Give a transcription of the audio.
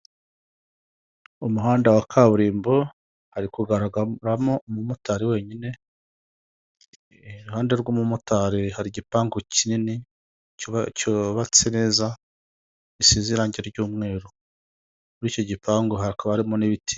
Mu muhanda wa kaburimbo hari kugaragaramo umumotari wenyine, iruhande rw'umumotari hari igipangu kinini cyubatse neza gisize irangi ry'umweru, muri icyo gipangu hakaba harimo n'ibiti.